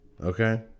Okay